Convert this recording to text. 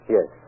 Yes